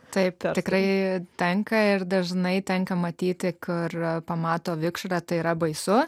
taip tikrai tenka ir dažnai tenka matyti ar pamato vikšrą tai yra baisu